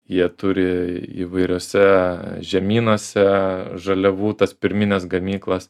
jie turi įvairiuose žemynuose žaliavų tas pirmines gamyklas